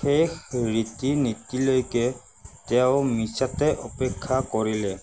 শেষ ৰীতি নীতিলৈকে তেওঁ মিছাতে অপেক্ষা কৰিলে